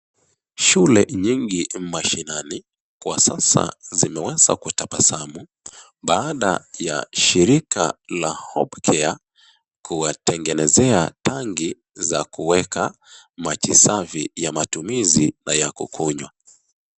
Shule nyingi mashinani kwa sasa zimeweza kutabasamu baada ya shirika la Hopecare kuwatengenezea tangi za kuweka maji safi ya matumizi na ya kukunywa.